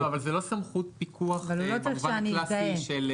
זאת לא סמכות פיקוח במובן הקלאסי.